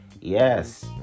Yes